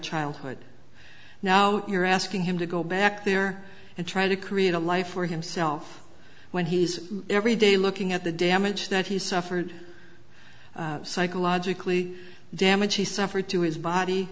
childhood now you're asking him to go back there and try to create a life for himself when he's every day looking at the damage that he suffered psychologically damaged he suffered to his body